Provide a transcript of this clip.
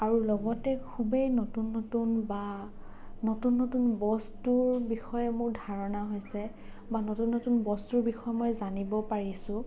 আৰু লগতে খুবেই নতুন নতুন বা নতুন নতুন বস্তুৰ বিষয়ে মোৰ ধাৰণা হৈছে বা নতুন নতুন বস্তুৰ বিষয়ে মই জানিব পাৰিছোঁ